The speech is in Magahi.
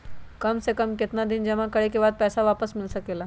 काम से कम केतना दिन जमा करें बे बाद पैसा वापस मिल सकेला?